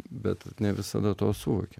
bet ne visada to suvokiam